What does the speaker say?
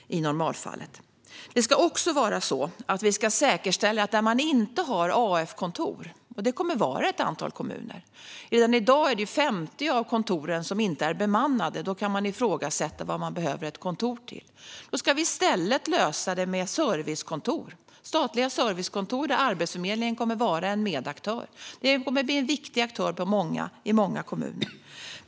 Det kommer att vara ett antal kommuner som inte har AF-kontor. Redan i dag är det 50 av kontoren som inte är bemannade. Då kan man ifrågasätta vad man behöver ett kontor till. Vi ska i stället lösa med statliga servicekontor där Arbetsförmedlingen kommer att vara en medaktör. De kommer att bli en viktig aktör i många kommuner.